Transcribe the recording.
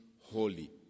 holy